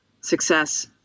success